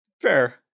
Fair